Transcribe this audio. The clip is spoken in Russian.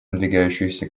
надвигающуюся